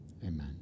amen